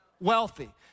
wealthy